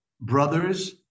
brothers